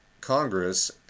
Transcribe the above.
Congress